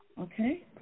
Okay